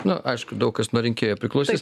na aišku daug kas nuo rinkėjų priklausys